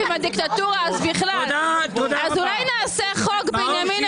ואז לא יהיו חילוקי דעות.